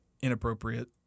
inappropriate